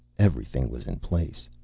everything was in place.